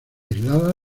aislada